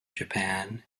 japan